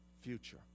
future